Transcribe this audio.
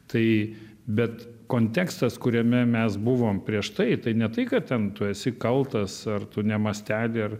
tai bet kontekstas kuriame mes buvom prieš tai tai ne tai kad ten tu esi kaltas ar tu ne mastelį ar